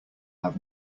have